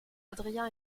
adrien